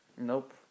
Nope